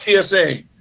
TSA